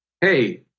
Hey